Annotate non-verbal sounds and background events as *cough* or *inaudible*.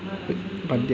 *unintelligible* বাদ দিয়া